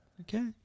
Okay